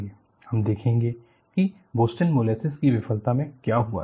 हम देखेंगे कि बोस्टन मोलेसेस की विफलता में क्या हुआ था